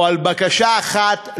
או על בקשה אחת,